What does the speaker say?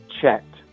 checked